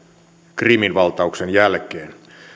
krimin valtauksen jälkeen